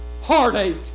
heartache